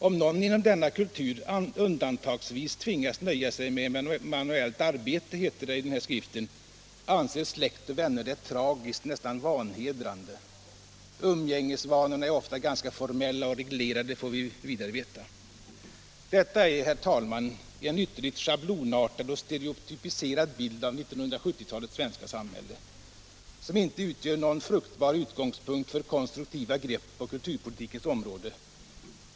”Om någon inom denna kultur undantagsvis tvingas nöja sig med manuellt arbete”, heter det i denna skrift, ”anser släkt och vänner det tragiskt, nästan vanhedrande”. Umgängesvanorna är ofta ganska formella och reglerade, får vi vidare veta. Detta är, herr talman, en ytterligt schablonartad och stereotypiserad bild av 1970-talets svenska samhälle, som inte utgör någon fruktbar utgångspunkt för konstruktiva grepp på kulturpolitikens område.